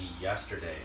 yesterday